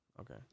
Okay